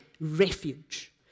refuge